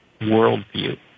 worldview